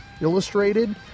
illustrated